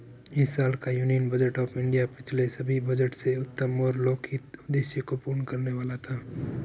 इस साल का यूनियन बजट ऑफ़ इंडिया पिछले सभी बजट से उत्तम और लोकहित उद्देश्य को पूर्ण करने वाला था